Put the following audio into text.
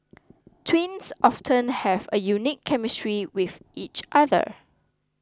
twins often have a unique chemistry with each other